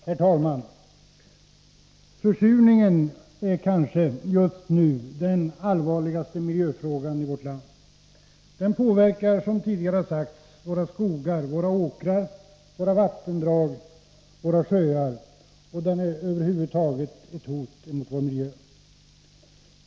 Herr talman! Försurningen är kanske just nu den allvarligaste miljöfrågan i vårt land. Den påverkar, som tidigare har sagts, våra skogar, våra åkrar, våra vattendrag och våra sjöar och den utgör över huvud taget ett hot mot vår miljö.